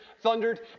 thundered